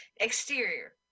Exterior